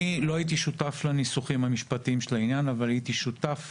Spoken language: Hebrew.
לא הייתי שותף לניסוחים המשפטיים של העניין אבל הייתי שותף